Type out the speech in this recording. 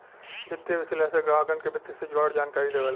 वित्तीय विश्लेषक ग्राहकन के वित्त से जुड़ल जानकारी देवेला